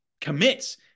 commits